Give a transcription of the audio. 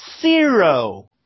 Zero